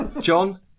John